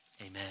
amen